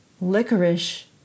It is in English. licorice